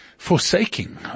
Forsaking